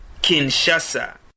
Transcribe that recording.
Kinshasa